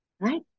right